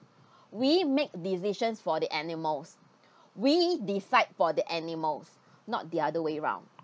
we make decisions for the animals we decide for the animals not the other way round